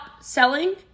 selling